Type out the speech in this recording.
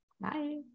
Bye